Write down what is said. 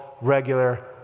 regular